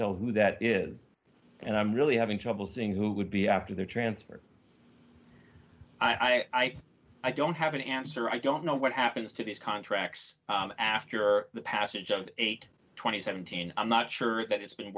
tell who that is and i'm really having trouble seeing who would be after the transfer i i don't have an answer i don't know what happens to these contracts after the passage of eighty two thousand and seventeen i'm not sure that it's been